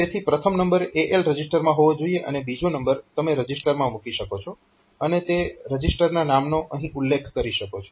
તેથી પ્રથમ number AL રજીસ્ટરમાં હોવો જોઈએ અને બીજો નંબર તમે રજીસ્ટરમાં મૂકી શકો છો અને તે રજીસ્ટરના નામનો અહીં ઉલ્લેખ કરી શકો છો